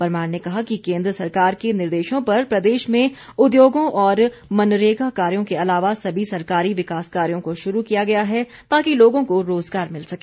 परमार ने कहा कि केन्द्र सरकार के निर्देशों पर प्रदेश में उद्योगों और मनरेगा कार्यों के अलावा सभी सरकारी विकास कार्यों को शुरू किया गया है ताकि लोगों को रोज़गार मिल सके